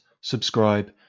subscribe